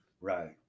Right